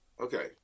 Okay